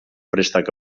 préstec